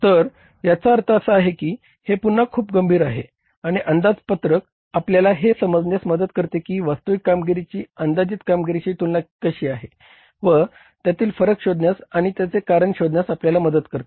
तर याचा अर्थ असा आहे की हे पुन्हा खूप गंभीर आहे आणि अंदाजपत्रक आपल्याला हे समजण्यास मदत करते की वास्तविक कामगिरीची अंदाजित कामगिरीशी तुलना कशी आहे व त्यातील फरक शोधण्यास आणि त्याचे कारण शोधण्यास आपल्याला मदत करते